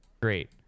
Great